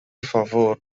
favor